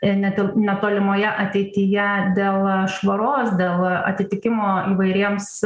i ne tik netolimoje ateityje a dėl švaros dėl atitikimo įvairiems